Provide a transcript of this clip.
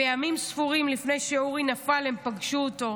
וימים ספורים לפני שאורי נפל הם פגשו אותו,